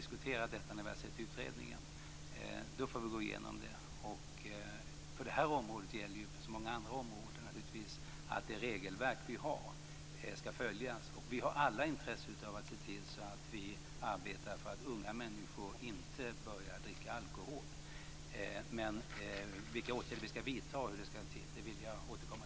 När Alkoholberedningen presenterar sitt betänkande får vi diskutera frågor om åldergränser och tillgänglighet. Så jag förväntar mig att vi ska kunna återkomma till Thomas Julins fråga.